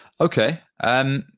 Okay